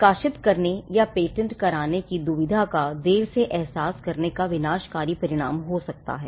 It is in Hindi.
प्रकाशित करने या पेटेंट कराने की दुविधा का देर से अहसास होने का विनाशकारी परिणाम हो सकता है